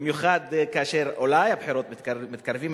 במיוחד כאשר הבחירות אולי מתקרבות.